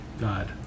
god